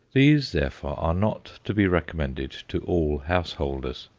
these, therefore, are not to be recommended to all householders.